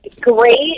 great